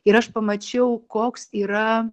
ir aš pamačiau koks yra